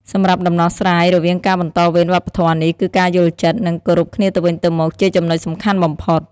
សម្រាប់ដំណោះស្រាយរវាងការបន្តវេនវប្បធម៌នេះ គឺការយល់ចិត្ត និងគោរពគ្នាទៅវិញទៅមក ជាចំណុចសំខាន់បំផុត។